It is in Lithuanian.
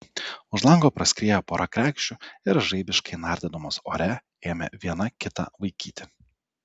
už lango praskriejo pora kregždžių ir žaibiškai nardydamos ore ėmė viena kitą vaikyti